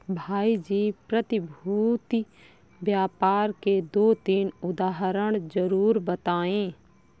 भाई जी प्रतिभूति व्यापार के दो तीन उदाहरण जरूर बताएं?